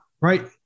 Right